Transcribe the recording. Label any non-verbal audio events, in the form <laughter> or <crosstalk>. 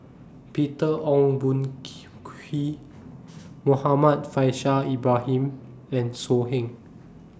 Peter Ong Boon <unintelligible> Kwee Muhammad Faishal Ibrahim and So Heng